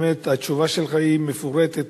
באמת, התשובה שלך היא מפורטת.